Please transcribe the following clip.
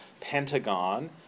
pentagon